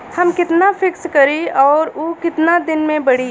हम कितना फिक्स करी और ऊ कितना दिन में बड़ी?